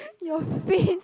your face